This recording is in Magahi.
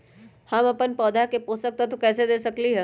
हम अपन पौधा के पोषक तत्व कैसे दे सकली ह?